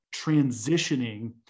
transitioning